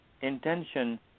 intention